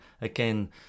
again